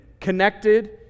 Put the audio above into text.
connected